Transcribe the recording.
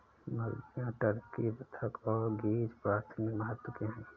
मुर्गियां, टर्की, बत्तख और गीज़ प्राथमिक महत्व के हैं